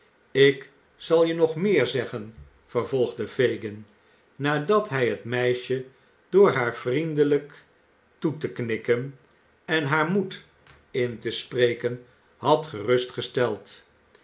ik zal je nog meer zeggen vervolgde fagin nadat hij het meisje door haar vriendelijk toe te knikken en haar moed in te spreken had